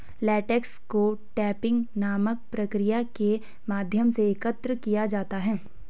latex को tapping नामक प्रक्रिया के माध्यम से एकत्र किया जाता है